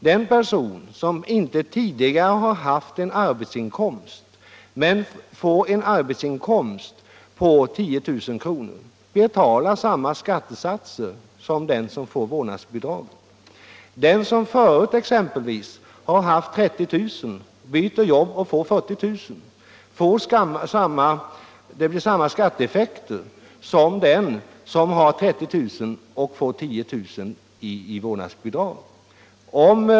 Den person som inte tidigare har haft en arbetsinkomst men får en arbetsinkomst på 10000 kr. betalar samma skattesats som den som får vårdnadsbidrag. För den som förut exempelvis har haft 30 000 kr., byter jobb och får 40 000 kr., blir det samma skatteeffekter som för den som har 30 000 kr. och får 10 000 kr. i vårdnadsbidrag.